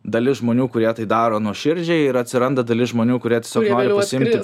dalis žmonių kurie tai daro nuoširdžiai ir atsiranda dalis žmonių kurie tiesiog nori pasiimti